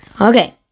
Okay